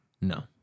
No